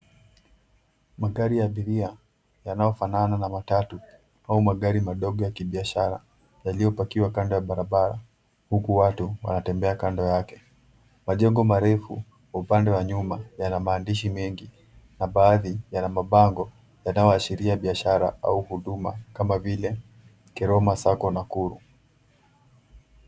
Magari ya abiria yanayofanana na matatu au magari madogo ya kibiashara yaliyopakiwa kando ya barabara, huku watu wanatembea kando yake. Majengo marefu, upande wa nyuma yana maandishi mengi na baadhi yana mabango yanayoashiria biashara au huduma, kama vile Keroma Sacco Nakuru.